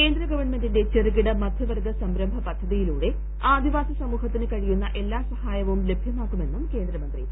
കേന്ദ്ര ഗവൺമെന്റിന്റെ ചെറുകിട മധ്യവർഗ സംരംഭ പദ്ധതിലൂടെ ആദിവാസി സമൂഹത്തിന് കഴിയുന്ന എല്ലാ സഹായവും ലഭ്യമാക്കുമെന്നും കേന്ദ്ര മന്ത്രി പറഞ്ഞു